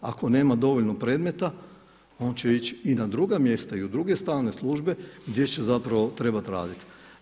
Ako nema dovoljno predmeta on će ići i na druga mjesta i u druge stalne službe gdje će zapravo trebati raditi.